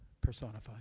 personified